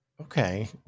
Okay